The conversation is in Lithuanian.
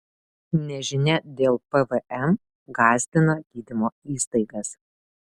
nežinia dėl pvm gąsdina gydymo įstaigas